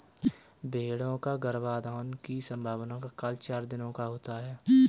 भेंड़ों का गर्भाधान की संभावना का काल चार दिनों का होता है